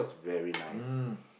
mm